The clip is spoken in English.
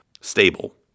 stable